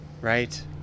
right